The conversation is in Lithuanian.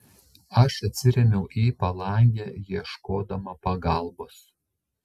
aš atsirėmiau į palangę ieškodama pagalbos